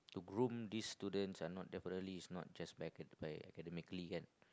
groom these students are not definitely is not just by academic academically kan